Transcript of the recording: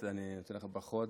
ברכות.